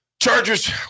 Chargers